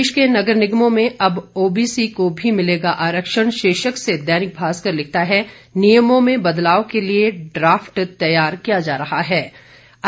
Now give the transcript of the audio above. प्रदेश के नगर निगमों में अब ओबीसी को भी मिलेगा आरक्षण शीर्षक से दैनिक भास्कर लिखता है नियमों में बदलाव के लिए ड्राफ्ट किया जा रहा है तैयार